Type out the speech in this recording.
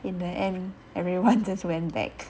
in the end everyone just went back